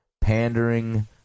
Pandering